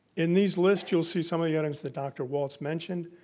in these lists, you'll see some of the items that dr. walts mentioned,